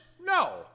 No